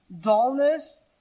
Dullness